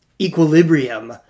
equilibrium